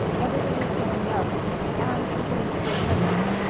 everything was going well but anne was beginning to feel nervous.